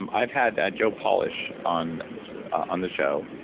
um i've had ah joe polish on on the show,